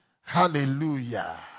Hallelujah